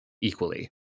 equally